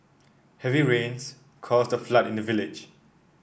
heavy rains caused a flood in the village